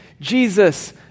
Jesus